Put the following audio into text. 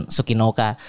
Sukinoka